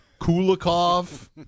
Kulikov